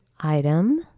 item